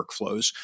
workflows